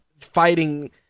fighting